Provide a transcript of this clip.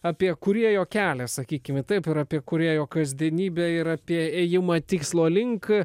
apie kūrėjo kelią sakykime taip ir apie kūrėjo kasdienybę ir apie ėjimą tikslo link